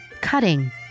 cutting